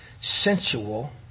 Sensual